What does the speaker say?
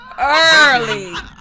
early